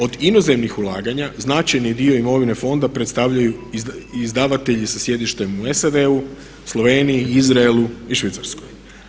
Od inozemnih ulaganja značajni dio imovine fonda predstavljaju izdavatelji sa sjedištem u SAD-u, Sloveniji, Izraelu i Švicarskoj.